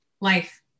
life